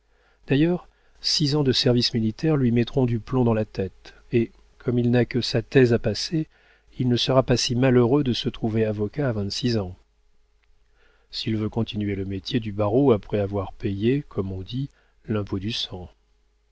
d'ailleurs six ans de service militaire lui mettront du plomb dans la tête et comme il n'a que sa thèse à passer il ne sera pas si malheureux de se trouver avocat à vingt-six ans s'il veut continuer le métier du barreau après avoir payé comme on dit l'impôt du sang